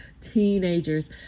teenagers